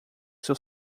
seu